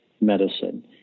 medicine